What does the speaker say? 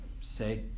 say